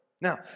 Now